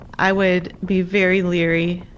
i would be very leery.